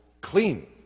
clean